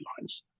lines